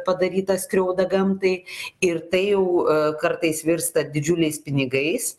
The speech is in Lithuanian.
padarytą skriaudą gamtai ir tai jau kartais virsta didžiuliais pinigais